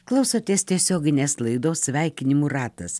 klausotės tiesioginės laidos sveikinimų ratas